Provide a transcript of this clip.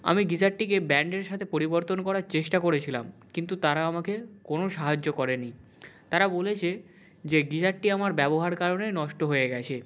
আমি গিজারটিকে ব্র্যান্ডের সাথে পরিবর্তন করার চেষ্টা করেছিলাম কিন্তু তারা আমাকে কোনো সাহায্য করে নি তারা বলেছে যে গিজারটি আমার ব্যবহার কারণে নষ্ট হয়ে গেছে